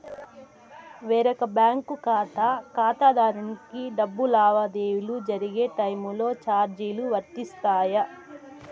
వేరొక బ్యాంకు ఖాతా ఖాతాదారునికి డబ్బు లావాదేవీలు జరిగే టైములో చార్జీలు వర్తిస్తాయా?